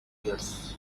years